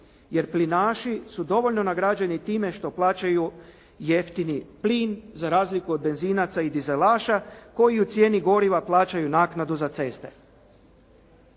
jer plinaši su dovoljno nagrađeni tim što naplaćuju jeftini plin za razliku od benzinaca i dizelaša koji u cijeni goriva plaćaju naknadu za ceste.